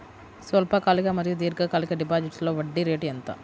స్వల్పకాలిక మరియు దీర్ఘకాలిక డిపోజిట్స్లో వడ్డీ రేటు ఎంత?